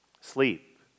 sleep